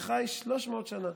שחי 300 שנה.